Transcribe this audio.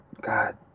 God